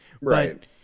Right